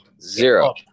Zero